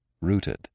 rooted